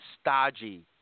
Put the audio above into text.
stodgy